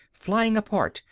flying apart,